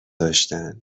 داشتن